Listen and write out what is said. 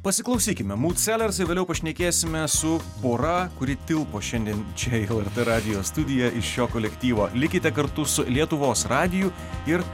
pasiklausykime mūd seler vėliau pašnekėsime su pora kuri tilpo šiandien čia į lrt radijo studiją iš šio kolektyvo likite kartu su lietuvos radiju ir